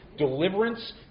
Deliverance